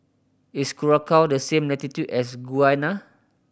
is Curacao on the same latitude as Guyana